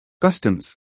customs